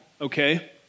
okay